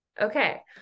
Okay